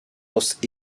los